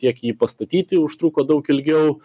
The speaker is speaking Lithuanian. tiek jį pastatyti užtruko daug ilgiau